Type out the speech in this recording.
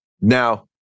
Now